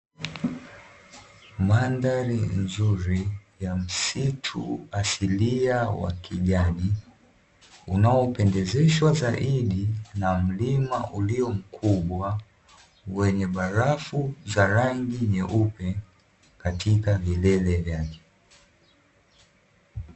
Mandhari nzuri ya msitu asilia wa kijani, unaopendezeshwa zaidi na mlima ulio mkubwa, wenye barafu za rangi nyeupe katika vilele vyake.